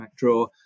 MacDraw